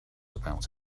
about